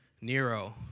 Nero